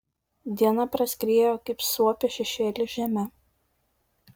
diena praskriejo kaip suopio šešėlis žeme